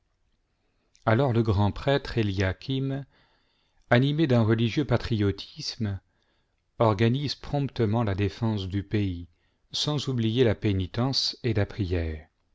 alors le grand prêtre éliachim animé d'un religieux patriotisme organise promptement la défense du pays sans oublier la pénitence et la prière